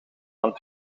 dan